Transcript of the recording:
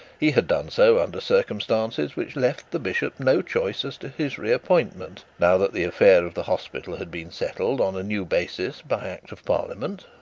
he had done so under circumstances which left the bishop no choice as to his re-appointment, now that the affair of the hospital had been settled on a new basis by act of parliament.